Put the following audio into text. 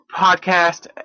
podcast